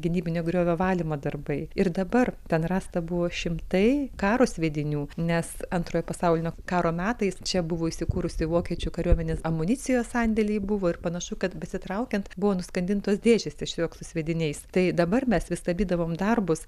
gynybinio griovio valymo darbai ir dabar ten rasta buvo šimtai karo sviedinių nes antrojo pasaulinio karo metais čia buvo įsikūrusi vokiečių kariuomenės amunicijos sandėliai buvo ir panašu kad besitraukiant buvo nuskandintos dėžės tiešiog su sviediniais tai dabar mes vis stabdydavom darbus